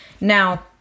Now